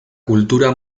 kultura